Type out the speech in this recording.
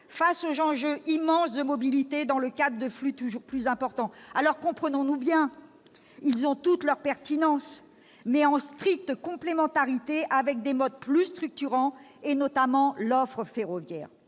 face à l'immense enjeu des mobilités dans le cadre de flux toujours plus importants. Comprenons-nous bien, ils ont toute leur pertinence, mais dans le cadre d'une stricte complémentarité avec des modes plus structurants, notamment l'offre ferroviaire.